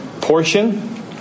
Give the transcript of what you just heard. portion